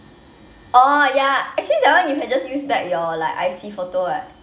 oh ya actually that one you can just use back your like I_C photo [what]